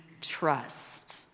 trust